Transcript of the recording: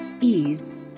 ease